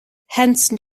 hence